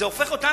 זה הופך אותנו,